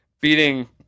beating